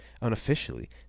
Unofficially